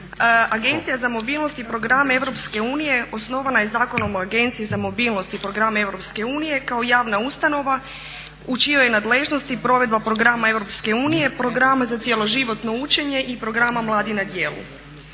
Agencija za mobilnost i program EU osnovana je Zakonom o Agenciji za mobilnost i program EU kao javna ustanova u čijoj je nadležnosti provedba programa EU, programa za cjeloživotno učenje i programa mladi na djelu.